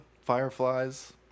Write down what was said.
fireflies